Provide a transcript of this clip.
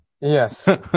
yes